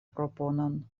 proponon